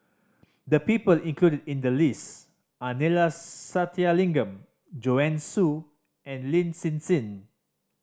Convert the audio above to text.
the people included in the list are Neila Sathyalingam Joanne Soo and Lin Hsin Hsin